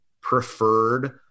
preferred